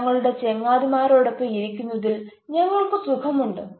ഞങ്ങളുടെ ചങ്ങാതിമാരോടൊപ്പം ഇരിക്കുന്നതിൽ ഞങ്ങൾക്ക് സുഖമുണ്ട്